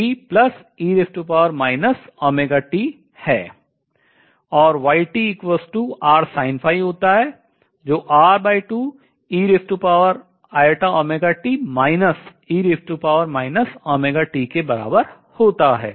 और होता है जो के बराबर होता है